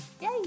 Yay